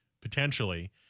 potentially